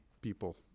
people